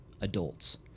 adults